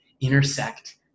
intersect